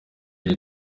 iri